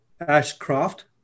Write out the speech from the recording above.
Ashcroft